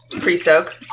pre-soak